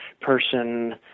person